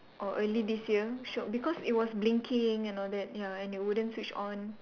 or early this year sh~ because it was blinking and it wouldn't switch on